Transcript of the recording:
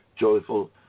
joyful